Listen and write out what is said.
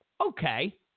Okay